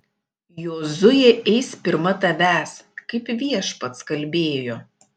jozuė eis pirma tavęs kaip viešpats kalbėjo